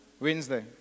Wednesday